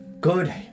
good